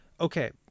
okay